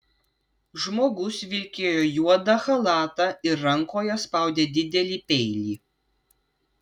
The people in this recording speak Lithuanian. žmogus vilkėjo juodą chalatą ir rankoje spaudė didelį peilį